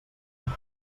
raça